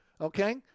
Okay